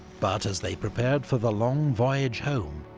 but as they prepared for the long voyage home,